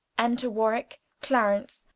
enter warwicke, clarence,